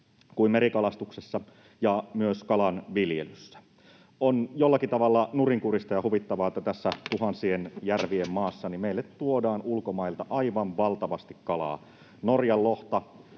kuin merikalastuksessa ja myös kalanviljelyssä. On jollakin tavalla nurinkurista ja huvittavaa, että meille tänne tuhansien järvien maahan tuodaan ulkomailta aivan valtavasti kalaa, Norjan lohta,